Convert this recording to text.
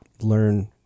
learn